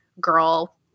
girl